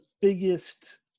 biggest